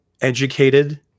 educated